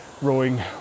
rowing